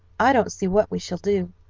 i don't see what we shall do.